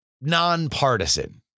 nonpartisan